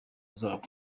zabo